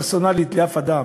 פרסונלית לאף אדם.